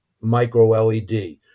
micro-LED